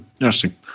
Interesting